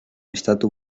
estatu